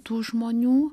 tų žmonių